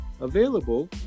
available